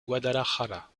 guadalajara